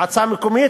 מועצה מקומית,